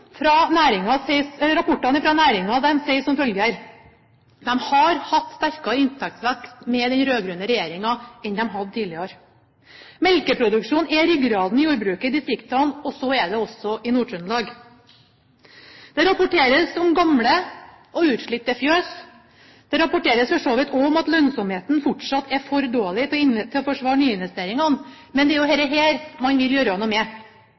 har hatt sterkere inntektsvekst med den rød-grønne regjeringen enn en hadde tidligere. Melkeproduksjonen er ryggraden i jordbruket i distriktene, og slik er det også i Nord-Trøndelag. Det rapporteres om gamle og utslitte fjøs. Det rapporteres for så vidt også om at lønnsomheten fortsatt er for dårlig til å forsvare nyinvesteringer. Men det er dette man vil gjøre noe med.